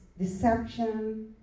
deception